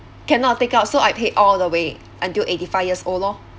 cannot take out so I pay all the way until eighty five years old lor